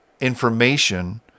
information